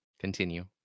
Continue